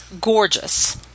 gorgeous